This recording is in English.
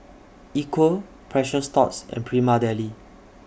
Equal Precious Thots and Prima Deli